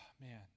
Man